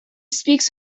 speaks